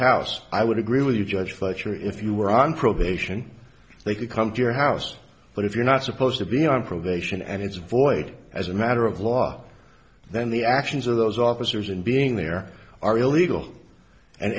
house i would agree with you judge fletcher if you were on probation they could come to your house but if you're not supposed to be on probation and it's void as a matter of law then the actions of those officers and being there are illegal and